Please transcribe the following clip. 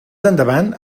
endavant